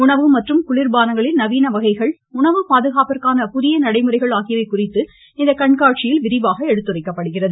உணவு மற்றும் குளிர் பானங்களில் நவீன வகைகள் உணவு பாதுகாப்பிற்கான புதிய நடைமுறைகள் குறித்து இக்கண்காட்சியில் விரிவாக எடுத்துரைக்கப்படுகிறது